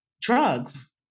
drugs